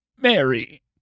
Mary